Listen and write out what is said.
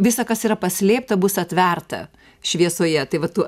visa kas yra paslėpta bus atverta šviesoje tai vat tu